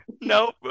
No